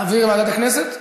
להעביר לוועדת הכנסת?